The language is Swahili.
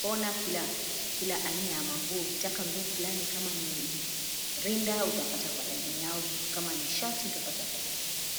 kona . Kila aina ya manguo, ukitaka nguo flani kama ni rinda utapata kwa laini yao, kitu kama ni shati utapata kwa laini yao.